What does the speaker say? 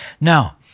Now